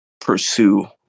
pursue